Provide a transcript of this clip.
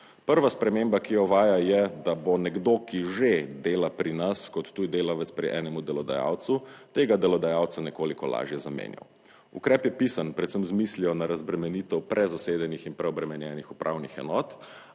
Prva sprememba, ki jo uvaja je, da bo nekdo, ki že dela pri nas kot tuj delavec pri enem delodajalcu, tega delodajalca nekoliko lažje zamenjal. Ukrep je pisan predvsem z mislijo na razbremenitev prezasedenih in preobremenjenih upravnih enot,